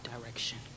direction